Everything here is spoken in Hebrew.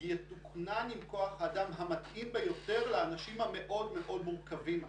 יתוקנן עם כוח האדם המתאים ביותר לאנשים המאוד מאוד מורכבים האלה.